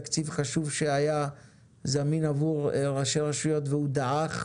תקציב חשוב שהיה זמין עבור ראשי רשויות והוא דעך,